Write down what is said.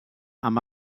amb